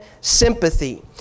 sympathy